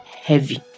heavy